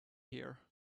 here